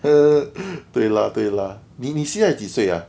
err 对 lah 对 lah 你现在几岁啊